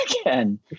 again